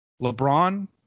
LeBron